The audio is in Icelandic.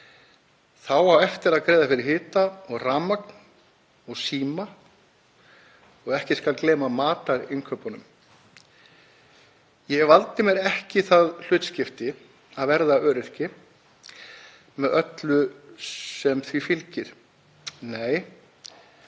Þá á eftir að greiða fyrir hita og rafmagn og síma og ekki skal gleyma matarinnkaupunum. Ég valdi mér ekki það hlutskipti að verða öryrki með öllu sem því fylgir. Nei.